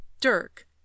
Dirk